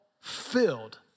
filled